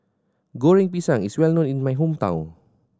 Goreng Pisang is well known in my hometown